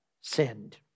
sinned